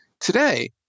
Today